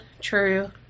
true